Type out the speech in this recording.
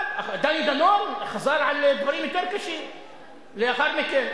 דני דנון חזר על דברים יותר קשים לאחר מכן.